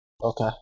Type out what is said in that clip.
okay